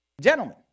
Gentlemen